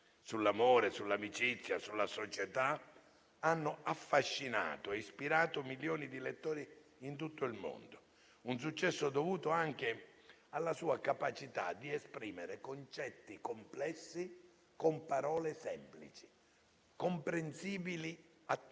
sull'amore, sull'amicizia, sulla società hanno affascinato e ispirato milioni di lettori in tutto il mondo. Un successo dovuto anche alla sua capacità di esprimere concetti complessi con parole semplici, comprensibili a tutti: